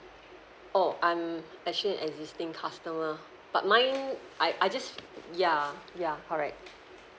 oh I'm actually an existing customer but mine I I just ya ya correct